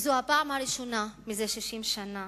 זאת הפעם הראשונה זה 60 שנה